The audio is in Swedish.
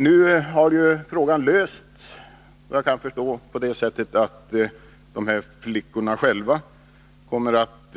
Såvitt jag förstår har frågan nu lösts på det sättet att de 13 sömmerskorna själva kommer att